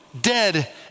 dead